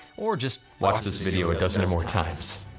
or just watch this video a dozen more times.